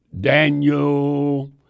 Daniel